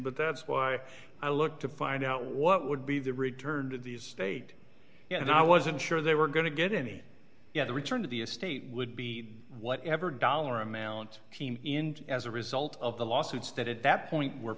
but that's why i look to find out what would be the return to the state and i wasn't sure they were going to get any yeah the return to the estate would be whatever dollar amount team in as a result of the lawsuits that at that point were